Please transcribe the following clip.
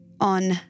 On